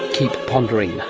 keep pondering.